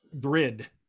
grid